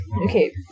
okay